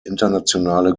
internationale